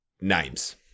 names